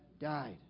died